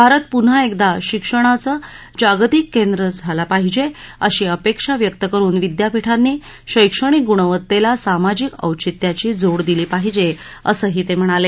भारत पुन्हा एकदा शिक्षणाचं जागतिक केंद्र झाला पाहिजे अशी अपेक्षा व्यक्त करुन विद्यापीठांनी शैक्षणिक गुणवत्तेला सामाजिक औचित्याची जोड दिली पाहिजे असंही ते म्हणाले